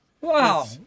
Wow